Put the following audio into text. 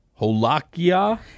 holakia